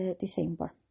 December